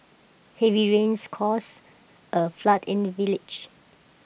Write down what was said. heavy rains caused A flood in the village